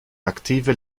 aktive